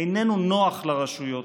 איננו נוח לרשויות.